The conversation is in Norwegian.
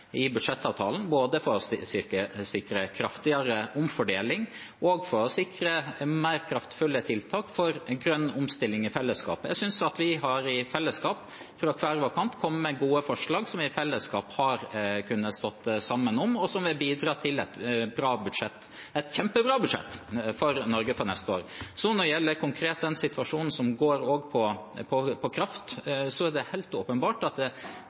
budsjettavtalen, både for å sikre kraftigere omfordeling og for å sikre mer kraftfulle tiltak for en grønn omstilling i fellesskap. Jeg synes at vi, fra hver vår kant, har kommet med gode forslag som vi i fellesskap har kunnet stå sammen om, og som vil bidra til et bra budsjett – et kjempebra budsjett – for Norge for neste år. Når det konkret gjelder den situasjonen som går på kraft, er det helt åpenbart at